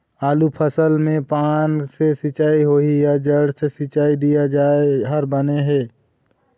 आलू फसल मे पान से सिचाई होही या जड़ से सिचाई दिया जाय हर बने हे?